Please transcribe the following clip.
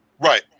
Right